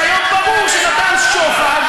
שהיום ברור שנתן שוחד,